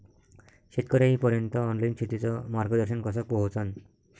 शेतकर्याइपर्यंत ऑनलाईन शेतीचं मार्गदर्शन कस पोहोचन?